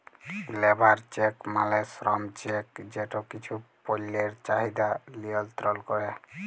labour check মালে শ্রম check যেট কিছু পল্যের চাহিদা লিয়লত্রল ক্যরে